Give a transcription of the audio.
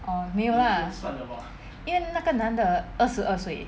err 没有 lah 因为那个男的二十二岁